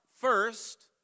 First